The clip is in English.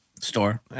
store